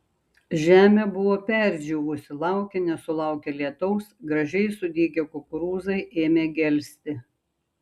žemė buvo perdžiūvusi laukė nesulaukė lietaus gražiai sudygę kukurūzai ėmė gelsti